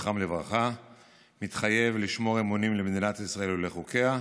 ויש כאן מדיניות כלכלית שהיא בדיוק הדברים החברתיים.